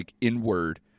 inward